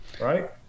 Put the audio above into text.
right